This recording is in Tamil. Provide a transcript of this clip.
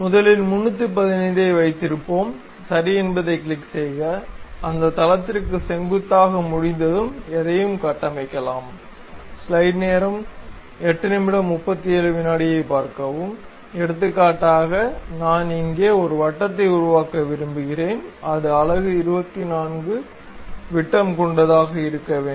முதலில் 315 ஐ வைத்திருப்போம் சரி என்பதைக் கிளிக் செய்க அந்த தளத்திற்கு செங்குத்தாக முடிந்ததும் எதையும் கட்டமைக்கலாம் எடுத்துக்காட்டாக நான் இங்கே ஒரு வட்டத்தை உருவாக்க விரும்புகிறேன் அது 24 அலகு விட்டம் கொண்டதாக இருக்க வேண்டும்